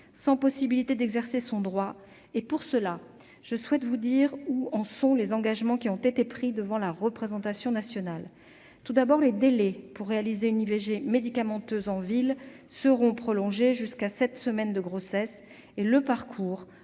sans possibilité d'exercer son droit. À cet égard, je souhaite vous indiquer où en sont les engagements qui ont été pris devant la représentation nationale. Tout d'abord, les délais pour réaliser une IVG médicamenteuse en ville seront prolongés jusqu'à sept semaines de grossesse et le parcours